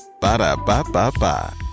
Ba-da-ba-ba-ba